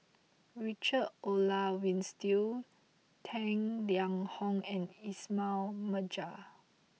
Richard Olaf Winstedt Tang Liang Hong and Ismail Marjan